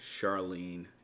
Charlene